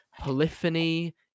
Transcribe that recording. polyphony